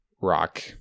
rock